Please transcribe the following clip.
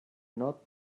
not